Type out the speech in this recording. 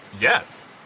Yes